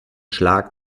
schlag